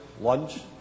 lunch